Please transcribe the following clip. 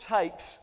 takes